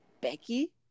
Becky